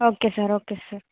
okay sir okay sir